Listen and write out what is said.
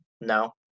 No